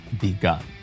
begun